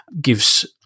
gives